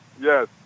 Yes